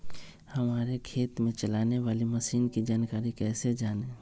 हमारे खेत में चलाने वाली मशीन की जानकारी कैसे जाने?